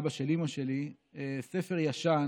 אבא של אימא שלי, ספר ישן